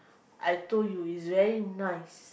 I told you it's very nice